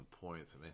points